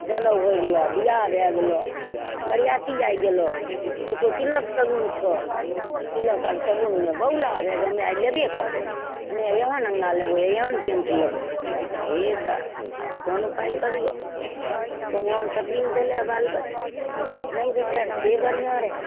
जनउ होइ गेलऽ बिआह भै गेलऽ बरिआती आइ गेलऽ ककरो तिलक सगुन छऽ ओहि तिलक आओर सगुनमे बौला भेल जे हमे आइ लेबे करबौ हमे आइ एहन अङ्गा लेबौ हमे आइ एहन पैन्ट लेबौ हे दाइ आब कोन उपाय करिअऽ भगवान कथी ले देलै बाल बच्चा नहि देतै रहै से बढ़िआँ रहै